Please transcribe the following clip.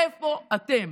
איפה אתם?